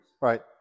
Right